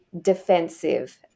defensive